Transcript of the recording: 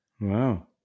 Wow